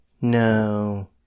No